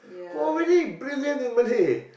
who are really brilliant in Malay